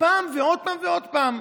פעם ועוד פעם ועוד פעם.